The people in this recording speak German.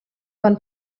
von